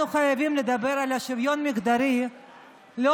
אנחנו חייבים לדבר על השוויון המגדרי לא